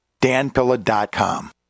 danpilla.com